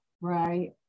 Right